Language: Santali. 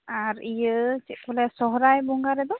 ᱟᱨ ᱤᱭᱟᱹ ᱪᱮᱫ ᱠᱚ ᱞᱟᱹᱭᱟ ᱥᱚᱦᱨᱟᱭ ᱵᱚᱸᱜᱟ ᱨᱮᱫᱚ